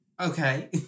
Okay